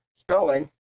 spelling